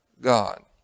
God